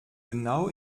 genau